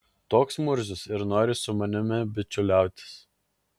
toks murzius ir nori su manimi bičiuliautis